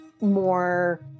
more